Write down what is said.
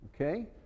okay